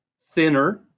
thinner